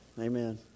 amen